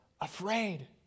afraid